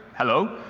hello.